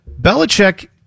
Belichick